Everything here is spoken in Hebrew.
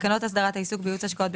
תקנות הסדרת העיסוק בייעוץ השקעות,